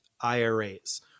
IRAs